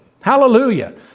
Hallelujah